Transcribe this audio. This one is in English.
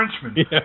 Frenchman